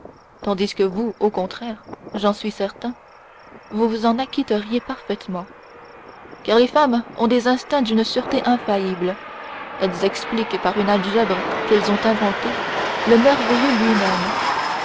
tandis que vous au contraire j'en suis certain vous vous en acquitteriez parfaitement car les femmes ont des instincts d'une sûreté infaillible elles expliquent par une algèbre qu'elles ont inventée le merveilleux lui-même